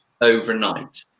overnight